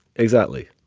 exactly.